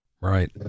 right